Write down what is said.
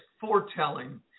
foretelling